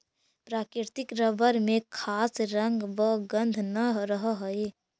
प्राकृतिक रबर में खास रंग व गन्ध न रहऽ हइ